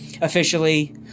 officially